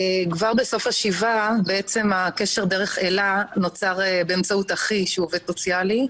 כבר בסוף השבעה הקשר דרך אלה נוצר באמצעות אחי שהוא עובד סוציאלי.